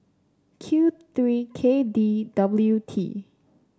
Q three K D W T